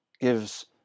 gives